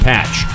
Patch